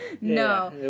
No